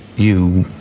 you